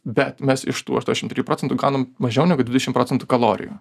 bet mes iš tų aštuonšim trijų procentų gaunam mažiau negu dvidešim procentų kalorijų